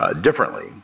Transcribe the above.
differently